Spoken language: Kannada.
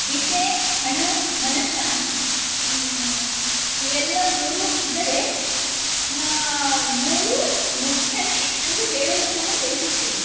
ವಿದ್ಯೆ ಹಣ ಮನಃಶಾಂತಿ ಇವೆಲ್ಲ ಮೂರೂ ಇದ್ದರೆ ಮ ಮೂರೂ ಮುಖ್ಯವೇ ಅಂದು ಹೇಳಲು ನಾನು ಬಯಸುತ್ತೇನೆ